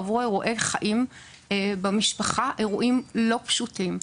עברו אירועי חיים לא פשוטים במשפחה.